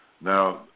Now